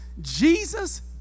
Jesus